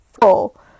full